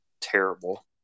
Terrible